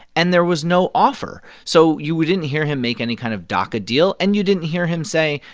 and there was no offer. so you didn't hear him make any kind of daca deal. and you didn't hear him say,